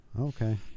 Okay